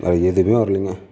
வேறு எதுவுமே வரலங்க